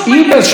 העבודה.